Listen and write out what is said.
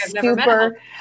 super